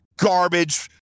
garbage